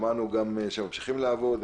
שמענו גם שממשיכים לעבוד.